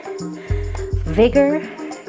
vigor